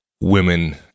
women